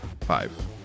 Five